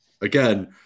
again